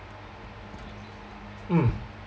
mm